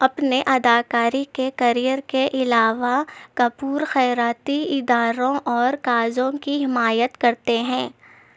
اپنے اداکاری کے کیریئر کے علاوہ کپور خیراتی اداروں اور کازوں کی حمایت کرتے ہیں